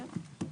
כן.